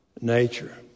nature